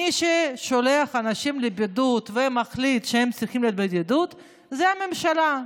מי ששולח אנשים לבידוד ומחליט שהם צריכים להיות בבידוד זה הממשלה,